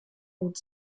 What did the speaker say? gut